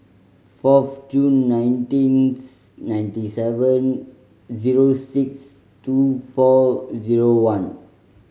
fourth June nineteenth ninety seven zero six two four zero one